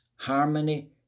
Harmony